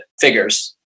figures